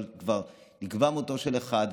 אבל כבר נקבע מותו של אחד,